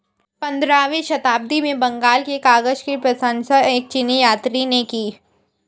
पंद्रहवीं शताब्दी में बंगाल के कागज की प्रशंसा एक चीनी यात्री ने की